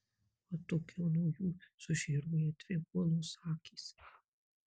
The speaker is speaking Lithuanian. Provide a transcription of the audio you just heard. o atokiau nuo jų sužėruoja dvi uolos akys